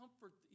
comfort